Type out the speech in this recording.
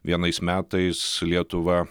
vienais metais lietuva